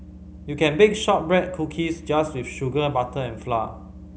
you can bake shortbread cookies just with sugar butter and flour